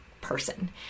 person